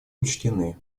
учтены